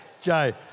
Jay